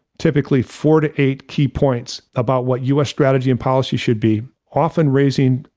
typically, four to eight key points about what us strategy and policy should be, often raising,